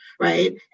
Right